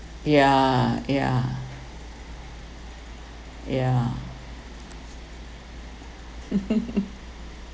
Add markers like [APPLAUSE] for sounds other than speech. ya ya ya [LAUGHS]